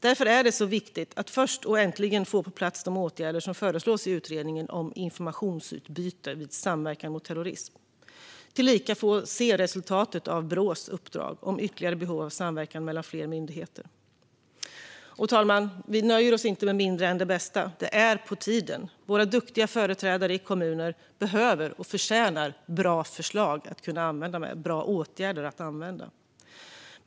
Därför är det viktigt att först och äntligen få på plats de åtgärder som föreslås i utredningen Informationsutbyte vid samverkan mot terror ism , tillika få se resultatet av Brås uppdrag om ytterligare behov av samverkan mellan fler myndigheter. Och, fru talman, vi nöjer oss inte med mindre än det bästa. Detta är på tiden. Våra duktiga företrädare i kommunerna behöver och förtjänar bra förslag och bra åtgärder att använda.